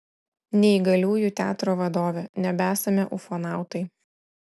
neįgaliųjų teatro vadovė nebesame ufonautai